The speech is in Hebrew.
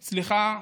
סליחה,